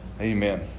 Amen